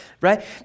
right